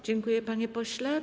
Dziękuję, panie pośle.